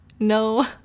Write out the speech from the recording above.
No